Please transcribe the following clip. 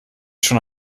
schon